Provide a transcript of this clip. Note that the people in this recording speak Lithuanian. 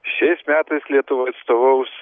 šiais metais lietuvai atstovaus